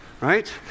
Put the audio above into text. Right